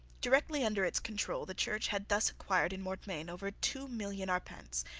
directly under its control the church had thus acquired in mortmain over two million arpents,